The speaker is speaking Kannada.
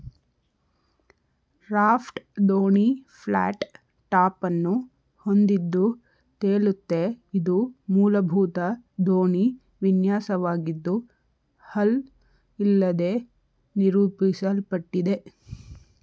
ರಾಫ್ಟ್ ದೋಣಿ ಫ್ಲಾಟ್ ಟಾಪನ್ನು ಹೊಂದಿದ್ದು ತೇಲುತ್ತೆ ಇದು ಮೂಲಭೂತ ದೋಣಿ ವಿನ್ಯಾಸವಾಗಿದ್ದು ಹಲ್ ಇಲ್ಲದೇ ನಿರೂಪಿಸಲ್ಪಟ್ಟಿದೆ